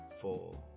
Four